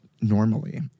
normally